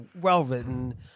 well-written